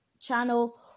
channel